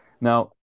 now